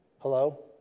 Hello